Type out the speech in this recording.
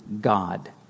God